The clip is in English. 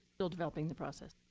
still developing the process.